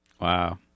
Wow